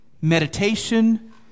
meditation